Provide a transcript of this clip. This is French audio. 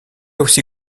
aussi